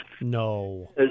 No